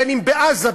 בין בעזה,